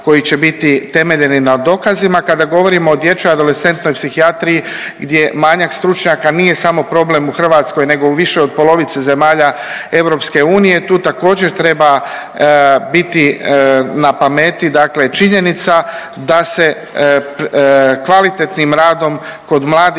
koji će biti temeljeni na dokazima. Kada govorimo o dječjoj i adolescentnoj psihijatriji, gdje manjak stručnjaka nije samo problem u Hrvatskoj nego više od polovice zemalja EU tu također, treba biti na pameti dakle činjenica da se kvalitetnim radom kod mladih